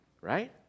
Right